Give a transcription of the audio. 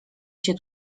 się